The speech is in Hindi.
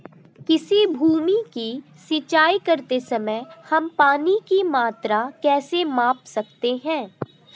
किसी भूमि की सिंचाई करते समय हम पानी की मात्रा कैसे माप सकते हैं?